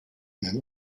and